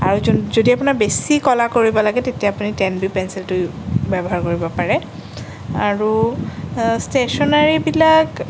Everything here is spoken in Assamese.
আৰু যন যদি আপোনাৰ বেছি ক'লা কৰিব লাগে তেতিয়া আপুনি টেন বি পেঞ্চিলটো ব্যৱহাৰ কৰিব পাৰে আৰু ষ্টেশ্যনাৰীবিলাক